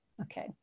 Okay